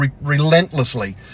relentlessly